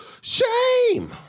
Shame